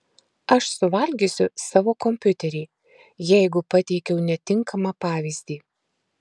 aš suvalgysiu savo kompiuterį jeigu pateikiau netinkamą pavyzdį